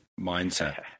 mindset